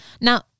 now